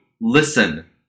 listen